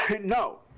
no